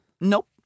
Nope